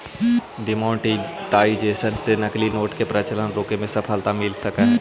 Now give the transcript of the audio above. demonetisation से नकली note के प्रचलन रोके में सफलता मिल सकऽ हई